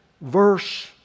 verse